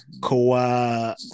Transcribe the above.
Coa